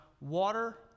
water